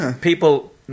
People